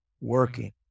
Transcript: working